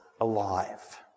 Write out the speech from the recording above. alive